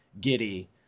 giddy